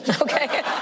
Okay